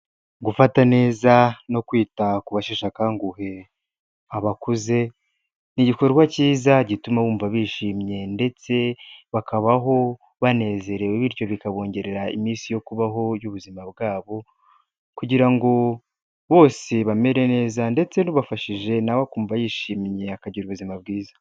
Gufata neza no kwita kuba basheshe akanguhe, abakuze, ni igikorwa cyiza gituma bumva bishimye ndetse bakabaho banezerewe bityo bikabongerera iminsi yo kubaho y'ubuzima bwabo kugira ngo bose bamere neza ndetse n'ubafashije na we akumva yishimye, akagira ubuzima bwiza.